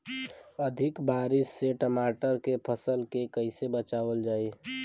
अधिक बारिश से टमाटर के फसल के कइसे बचावल जाई?